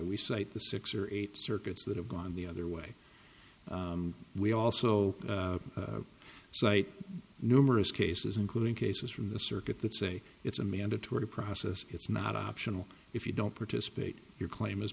we cite the six or eight circuits that have gone the other way we also so i numerous cases including cases from the circuit that say it's a mandatory process it's not optional if you don't participate your claim